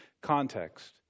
context